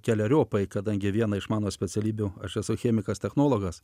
keleriopai kadangi viena iš mano specialybių aš esu chemikas technologas